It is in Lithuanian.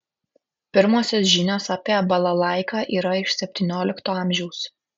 pirmosios žinios apie balalaiką yra iš septyniolikto amžiaus